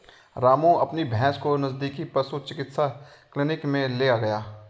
रामू अपनी भैंस को नजदीकी पशु चिकित्सा क्लिनिक मे ले गया